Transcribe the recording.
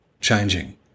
changing